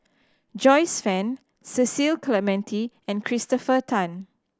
Joyce Fan Cecil Clementi and Christopher Tan